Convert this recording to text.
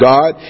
God